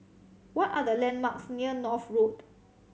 what are the landmarks near North Road